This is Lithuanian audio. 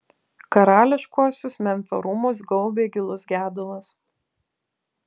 karališkuosius memfio rūmus gaubė gilus gedulas